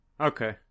Okay